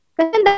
kasi